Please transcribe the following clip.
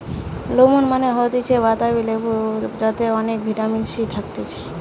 lemon মানে হতিছে বাতাবি লেবু যাতে অনেক ভিটামিন সি থাকতিছে